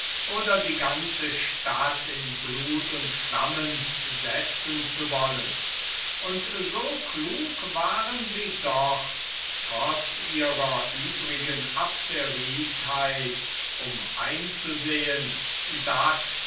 oder die ganze stadt in blut und flammen setzen zu wollen und so klug waren sie doch trotz ihrer übrigen abderitheit um einzusehen daß